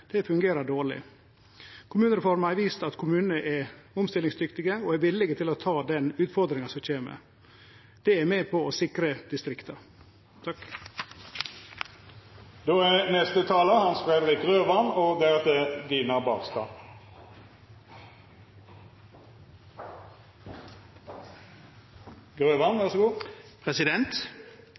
det fungerer dårleg. Kommunereforma har vist at kommunane er omstillingsdyktige og villige til å ta utfordringane som kjem. Det er med på å sikre distrikta. I regjeringserklæringen savner Kristelig Folkeparti formuleringer som knytter regjeringens politikk opp mot vår kristne og